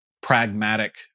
pragmatic